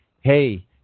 hey